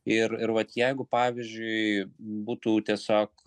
ir ir vat jeigu pavyzdžiui būtų tiesiog